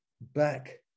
back